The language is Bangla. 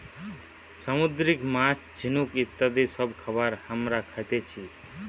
সামুদ্রিক মাছ, ঝিনুক ইত্যাদি সব খাবার হামরা খাতেছি